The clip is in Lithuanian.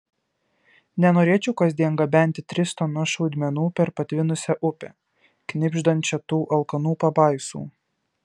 nenorėčiau kasdien gabenti tris tonas šaudmenų per patvinusią upę knibždančią tų alkanų pabaisų